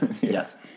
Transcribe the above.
Yes